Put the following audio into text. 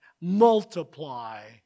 multiply